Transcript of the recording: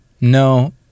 No